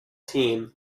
team